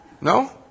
No